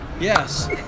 Yes